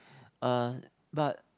uh but